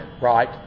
right